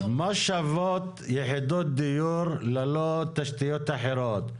מה שוות יחידות דיור ללא תשתיות אחרות?